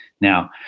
Now